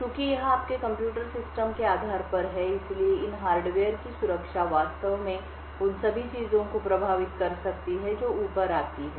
चूंकि यह आपके कंप्यूटर सिस्टम के आधार पर है इसलिए इन हार्डवेयर की सुरक्षा वास्तव में उन सभी चीजों को प्रभावित कर सकती है जो ऊपर आती हैं